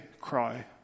cry